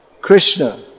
Krishna